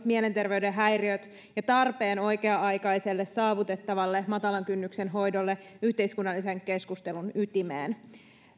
mielenterveyden häiriöt ja tarpeen oikea aikaiselle saavutettavalle matalan kynnyksen hoidolle yhteiskunnallisen keskustelun ytimeen